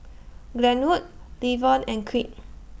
Glenwood Levon and Creed